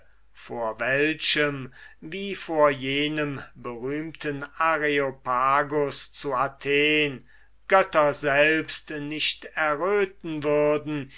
vor welchem wie vor jenem berühmten zu athen götter selbst nicht erröten würden